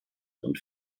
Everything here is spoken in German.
und